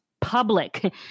public